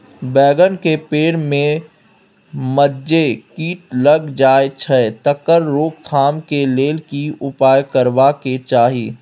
बैंगन के पेड़ म जे कीट लग जाय छै तकर रोक थाम के लेल की उपाय करबा के चाही?